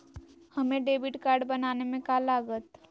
हमें debit card बनाने में का लागत?